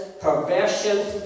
perversion